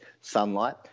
sunlight